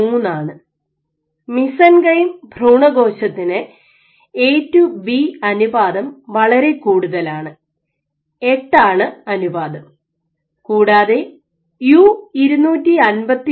3 ആണ് മെസെൻകൈം ഭ്രൂണകോശത്തിന് A to B അനുപാതം വളരെ കൂടുതലാണ് 8 ആണ് അനുപാതം കൂടാതെ യു 251 ന് 0